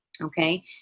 okay